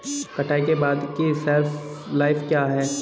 कटाई के बाद की शेल्फ लाइफ क्या है?